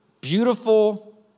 beautiful